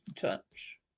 touch